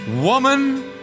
woman